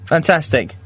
Fantastic